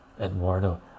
eduardo